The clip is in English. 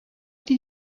did